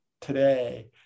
today